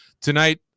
tonight